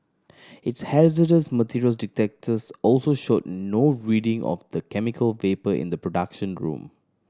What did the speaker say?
its hazardous materials detectors also showed no reading of the chemical vapour in the production room